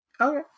Okay